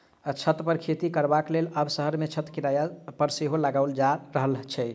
छत पर खेती करबाक लेल आब शहर मे छत किराया पर सेहो लगाओल जा रहल छै